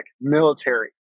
military